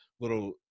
little